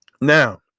Now